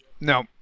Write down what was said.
No